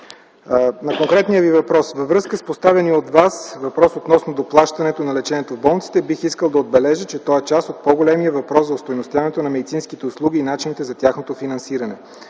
На конкретния Ви въпрос – във връзка с поставения от Вас въпрос относно доплащането на лечението в болниците, бих искал да отбележа, че той е част от по-големия въпрос за остойностяването на медицинските услуги и начините за тяхното финансиране.